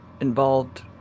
involved